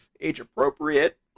age-appropriate